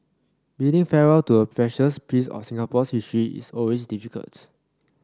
bidding farewell to a precious piece of Singapore's history is always difficults